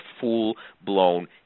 full-blown